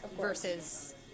versus